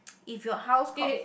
if your house caught